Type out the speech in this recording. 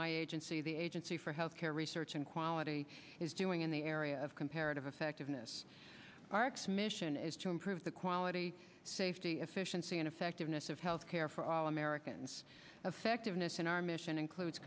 agency the agency for healthcare research and quality is doing in the area of comparative effectiveness arks mission is to improve the quality safety efficiency and effectiveness of health care for all americans affected nisson our mission includes